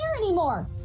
anymore